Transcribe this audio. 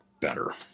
better